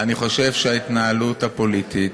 אני חושב שההתנהלות הפוליטית